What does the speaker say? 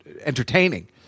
entertaining